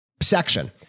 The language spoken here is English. section